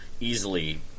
easily